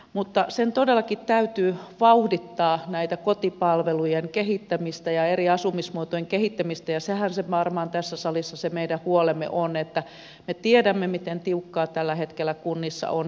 mutta sen todellakin täytyy vauhdittaa kotipalvelujen kehittämistä ja eri asumismuotojen kehittämistä ja sehän tässä salissa varmaan se meidän huolemme on kun me tiedämme miten tiukkaa tällä hetkellä kunnissa on